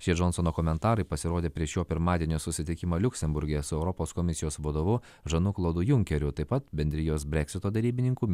šie džonsono komentarai pasirodė prie šio pirmadienio susitikimą liuksemburge su europos komisijos vadovu žanu klodu junkeriu taip pat bendrijos breksito derybininku